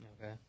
Okay